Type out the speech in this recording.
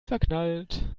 verknallt